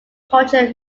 culture